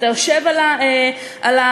אתה יושב על האינטרנט,